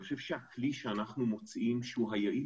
אני חושב שהכלי שאנחנו מוצאים שהוא היעיל